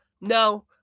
No